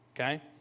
okay